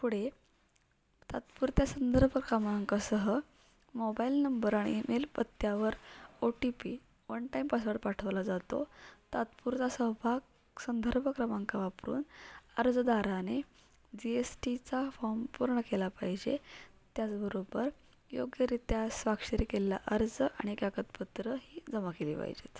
पुढे तात्पुरत्या संदर्भ क्रमांकसह मोबाईल नंबर आणि ईमेल पत्त्यावर O T P one time password पाठवला जातो तात्पुरता सहभाग संदर्भ क्रमांक वापरून अर्जदाराने जी एस टीचा फॉम पूर्ण केला पाहिजे त्याचबरोबर योग्यरीत्या स्वाक्षरी केलेला अर्ज आणि कागदपत्र ही जमा केली पाहिजेत